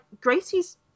gracie's